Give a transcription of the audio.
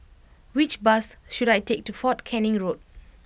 which bus should I take to Fort Canning Road